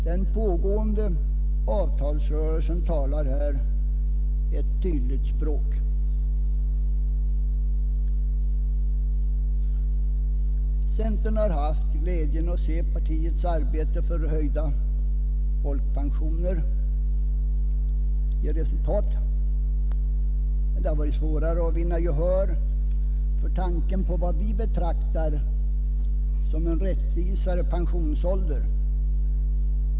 Den pågående avtalsrörelsen talar här ett tydligt språk. Centern har haft glädjen att se partiets arbete för höjda folkpensioner ge resultat, men det har varit svårare att vinna gehör för tanken på vad vi betraktar som en rättvisare pensionsålder.